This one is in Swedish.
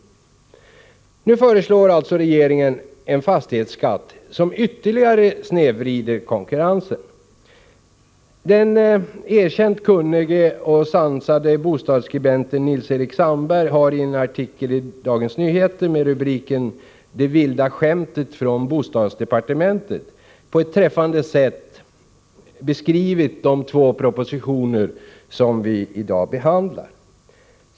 Nu föreslår alltså regeringen en fastighetsskatt som ytterligare snedvrider konkurrensen. Den erkänt kunniga och sansade bostadsskribenten Nils-Eric Sandberg har i en artikel i Dagens Nyheter med rubriken Det vilda skämtet från bostadsdepartementet på ett träffande sätt beskrivit de två propositioner som vi i dag behandlar.